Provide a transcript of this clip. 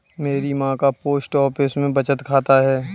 मेरी मां का पोस्ट ऑफिस में बचत खाता है